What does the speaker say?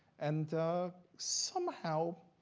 and somehow,